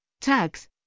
Tags